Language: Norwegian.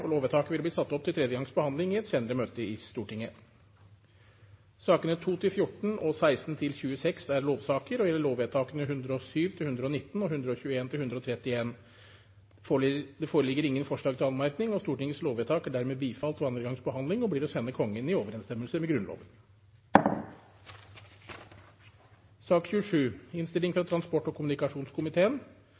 Lovvedtaket, med den vedtatte anmerkning, vil bli ført opp til tredje gangs behandling i et senere møte i Stortinget. Sakene nr. 2–14 og nr. 16–26 er andre gangs behandling av lover og gjelder lovvedtakene 107 til og med 119 og 121 til og med 131. Det foreligger ingen forslag til anmerkning. Stortingets lovvedtak er dermed bifalt ved andre gangs behandling og blir å sende Kongen i overensstemmelse med Grunnloven.